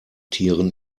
tieren